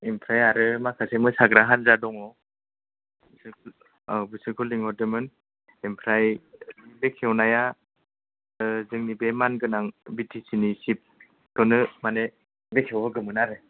एमफ्राय आरो माखासे मोसाग्रा हान्जा दङ औ बिसोरखौ लेंहरदोंमोन एमफ्राय बेखेवनाया जोंनि बे मानगोनां बि टि सि नि सिफ खौनो माने बेखेवहोगौमोन आरो